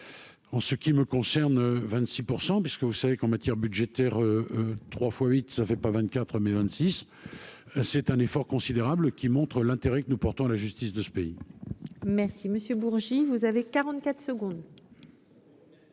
en ce qui me concerne 26 % puisque vous savez qu'en matière budgétaire trois fois huit ça fait pas 24 mai 26 c'est un effort considérable qui montre l'intérêt que nous portons à la justice de ce pays. Merci Monsieur Bourgi, vous avez 44 secondes.